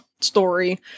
story